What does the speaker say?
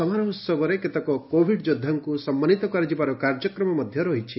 ସମାରୋହ ଉହବରେ କେତେକ କୋଭିଡ ଯୋଦ୍ଧାଙ୍କୁ ସମ୍ମାନିତ କରାଯିବାର କାର୍ଯ୍ୟକ୍ରମ ରହିଛି